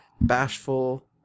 Bashful